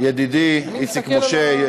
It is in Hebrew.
ידידי איציק משה,